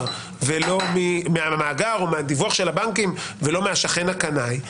או מהדיווח של הבנקים ולא מהשכן הקנאי?